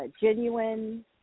genuine